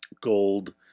Gold